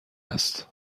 است